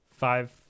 five